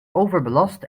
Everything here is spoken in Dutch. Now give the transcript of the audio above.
overbelast